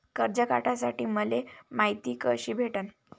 कर्ज काढासाठी मले मायती कशी भेटन?